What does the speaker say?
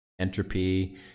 entropy